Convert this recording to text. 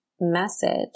message